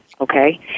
okay